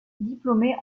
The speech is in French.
diplômée